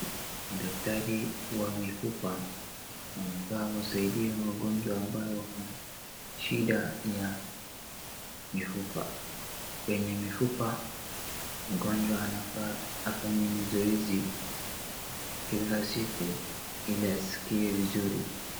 Daktari wa mifupa anakaa kusaidia wagonjwa ambao wako na shinda ya mifupa, kwenye mifupa mgonjwa anafaa afanye mazoezi kila siku ili asikie vizuri.